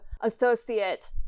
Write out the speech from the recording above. associate